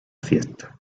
fiesta